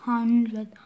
Hundred